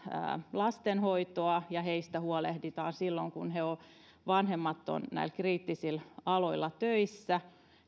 lastenhoitoa ja heistä huolehditaan silloin kun vanhemmat ovat näillä kriittisillä aloilla töissä